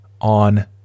on